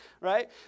right